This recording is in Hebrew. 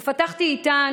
פתחתי איתן